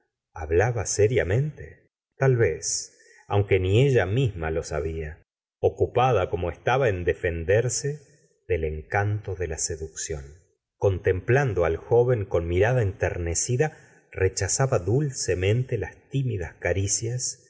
hablaba seriamente tal vez aunque ni ella misma lo sabia ocupada como estaba en defenderse del encanto de la seducción contemplando al joven con mirada enternecida rechazaba dulcemente las timidas caricias